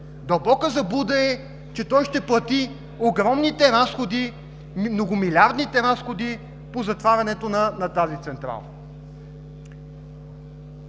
дълбока заблуда е, че той ще плати огромните разходи, многомилиардните разходи по затварянето на тази централа.